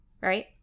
right